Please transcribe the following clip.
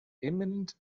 imminent